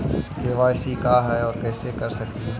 KYC का है, और कैसे कर सकली हे?